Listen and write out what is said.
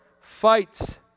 fights